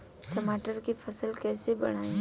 टमाटर के फ़सल कैसे बढ़ाई?